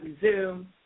Zoom